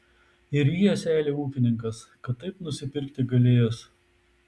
ir ryja seilę ūkininkas kad taip nusipirkti galėjus